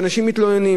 שאנשים מתלוננים